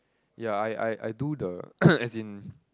ya I I I do the as in